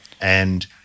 And-